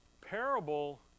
parable